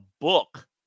book